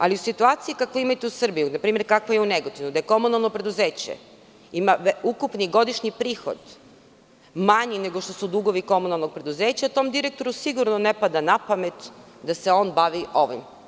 Ali, u situaciji kakvu imate u Srbiji, npr. kakva je u Negotinu, gde komunalno preduzeće ima ukupni godišnji prihod manji nego što su dugovi komunalnog preduzeća, tom direktoru sigurno ne pada na pamet da se on bavi ovim.